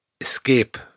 escape